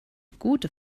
gute